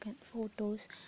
photos